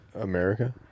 America